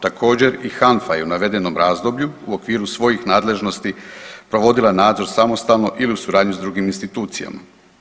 Također i HANFA je u navedenom razdoblju u okviru svojih nadležnosti provodila nadzor samostalno ili u suradnji s drugim institucijama.